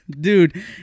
Dude